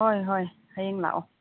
ꯍꯣꯏ ꯍꯣꯏ ꯍꯌꯦꯡ ꯂꯥꯛꯑꯣ